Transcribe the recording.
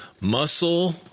muscle